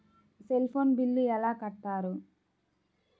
Cell phone bill ఎలా కట్టారు?